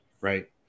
right